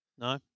No